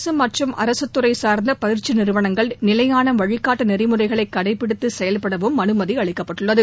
அரசு மற்றும் அரசுதுறை சார்ந்த பயிற்சி நிறுவனங்கள் நிலையான வழிகாட்டு நெறிமுறைகளை கடைபிடித்து செயல்படவும் அனுமதி அளிக்கப்பட்டுள்ளது